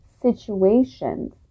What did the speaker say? situations